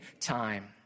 time